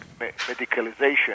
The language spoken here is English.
medicalization